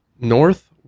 North